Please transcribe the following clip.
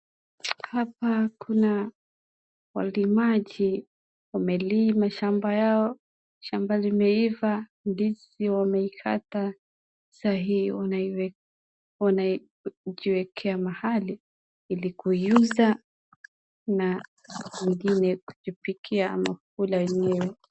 Hapa kuna walimaji wamelima shamba yao, shamba zimeiva, ndizi wamekata, hio wakiiwekea mahali ili kuiuza na ingine kujipikia na kula wenyewe.